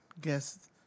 Guess